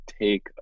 take